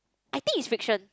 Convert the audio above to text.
I think is fiction